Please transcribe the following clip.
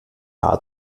haar